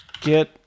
Get